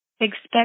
Expect